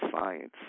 science